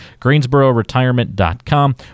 GreensboroRetirement.com